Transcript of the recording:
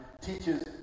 teaches